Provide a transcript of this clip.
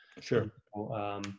Sure